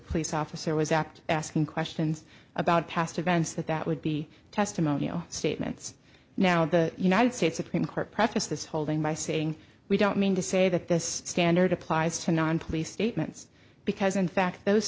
police officer was apt asking questions about past events that that would be testimonial statements now the united states supreme court prefaced this holding by saying we don't mean to say that this standard applies to non police statements because in fact those